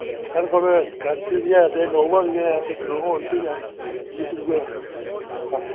साढ़े कोल स्कार्पियो बी ऐ ते इनोवा बी ऐ इक्क दौ होर थ्होई जानी जेह्ड़ी चाहिदी ऐ आ